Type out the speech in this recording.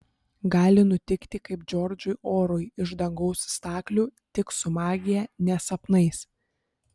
gali nutikti kaip džordžui orui iš dangaus staklių tik su magija ne sapnais